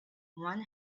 one